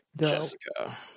Jessica